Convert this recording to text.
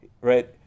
right